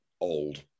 old